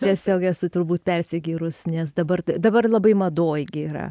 tiesiog esu turbūt persigyrus nes dabar d dabar labai madoj gi yra